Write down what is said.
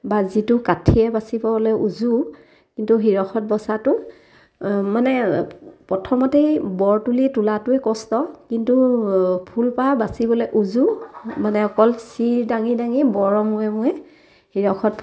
বা যিটো কাঠিয়ে বাচিবলে উজু কিন্তু শিৰখত বচাটো মানে প্ৰথমতেই বৰ তুলি তোলাটোৱেই কষ্ট কিন্তু ফুলপাহ বাচিবলৈ উজু মানে অকল চিৰ দাঙি দাঙি বৰৰ মূৰে মূৰে শিৰখত